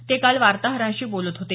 ते काल वार्ताहरांशी बोलत होते